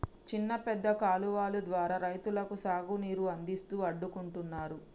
చిన్న పెద్ద కాలువలు ద్వారా రైతులకు సాగు నీరు అందిస్తూ అడ్డుకుంటున్నారు